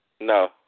No